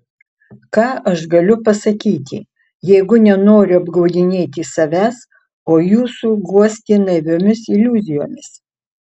ką aš galiu pasakyti jeigu nenoriu apgaudinėti savęs o jūsų guosti naiviomis iliuzijomis